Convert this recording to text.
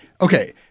Okay